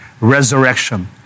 resurrection